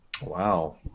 Wow